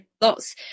Lots